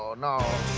ah no.